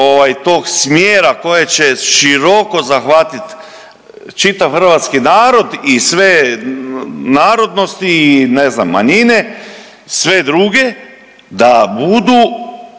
tog smjera koje će široko zahvatit čitav hrvatski narod i sve narodnosti i ne znam manjine, sve druge da budu